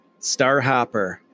Starhopper